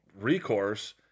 recourse